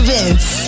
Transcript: Vince